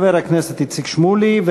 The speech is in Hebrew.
חבר הכנסת איציק שמולי,